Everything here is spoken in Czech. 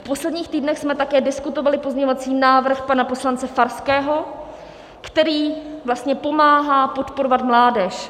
V posledních týdnech jsme také diskutovali pozměňovací návrh pana poslance Farského, který vlastně pomáhá podporovat mládež.